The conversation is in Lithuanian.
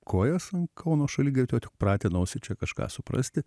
kojas an kauno šaligatvio tik pratinausi čia kažką suprasti